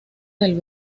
del